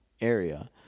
area